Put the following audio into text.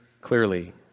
clearly